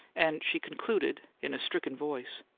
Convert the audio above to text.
and she concluded, in a stricken voice,